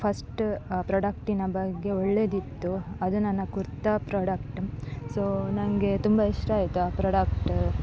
first ಪ್ರಾಡಕ್ಟಿನ ಬಗ್ಗೆ ಒಳ್ಳೆಯದಿತ್ತು ಅದು ನನ್ನ ಕುರ್ತಾ ಪ್ರಾಡಕ್ಟ್ ಸೊ ನನಗೆ ತುಂಬ ಇಷ್ಟ ಆಯಿತು ಆ ಪ್ರಾಡಕ್ಟ್